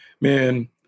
man